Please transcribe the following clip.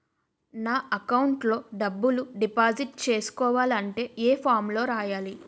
నా అకౌంట్ లో డబ్బులు డిపాజిట్ చేసుకోవాలంటే ఏ ఫామ్ లో రాయాలి?